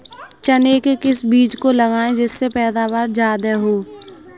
चने के किस बीज को लगाएँ जिससे पैदावार ज्यादा हो?